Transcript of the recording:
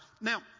Now